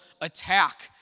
attack